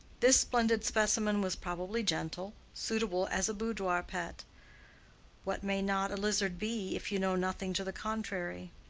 this splendid specimen was probably gentle, suitable as a boudoir pet what may not a lizard be, if you know nothing to the contrary?